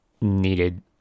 needed